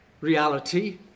reality